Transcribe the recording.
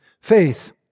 Faith